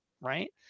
right